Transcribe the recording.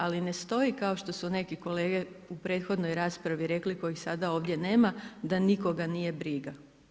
Ali ne stoji kao što su neki kolege u prethodnoj raspravi rekli kojih sada ovdje nema, da nikoga nije briga.